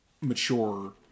mature